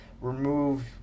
remove